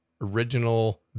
original